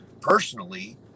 personally